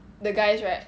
the guys right